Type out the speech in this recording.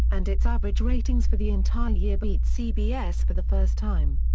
and its average ratings for the entire year beat cbs for the first time.